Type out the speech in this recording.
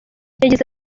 yagize